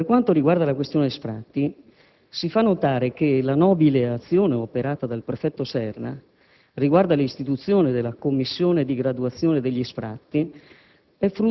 Per quanto riguarda la questione sfratti, si fa notare che la nobile azione operata dal prefetto Serra riguardo alla istituzione della commissione di graduazione degli sfratti